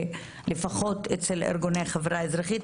לפחות אצל ארגוני החברה האזרחית,